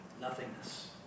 nothingness